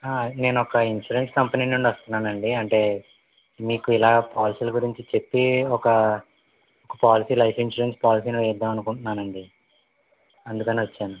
నేనొక insurance company నుండి వస్తున్నానండి అంటే మీకు ఇలా పాలసీల గురించి చెప్పి ఒక పాలసీ లైఫ్ ఇన్సూరెన్స్ పాలసీ ని వేద్దాం అనుకుంటున్నానండి అందుకని వచ్చాను